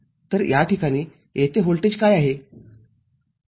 तर या ठिकाणी येथे व्होल्टेज काय आहे